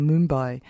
Mumbai